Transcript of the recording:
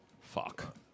Fuck